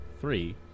three